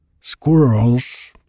squirrels